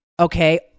Okay